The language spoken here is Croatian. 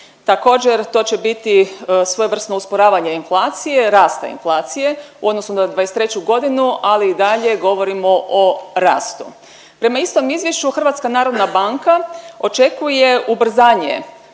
Također to će biti svojevrsno usporavanje inflacije, rasta inflacije u odnosu na '23.g., ali i dalje govorimo o rastu. Prema istom izvješću HNB očekuje ubrzanje